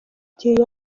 gihe